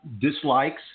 dislikes